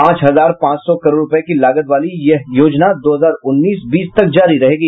पांच हजार पांच सौ करोड़ रुपये की लागत वाली यह योजना दो हजार उन्नीस बीस तक जारी रहेगी